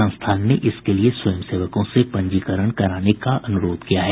संस्था ने इसके लिए स्वयं सेवकों से पंजीकरण कराने का अनुरोध किया है